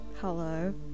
hello